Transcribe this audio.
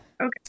okay